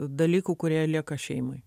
dalykų kurie lieka šeimai